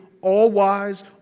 all-wise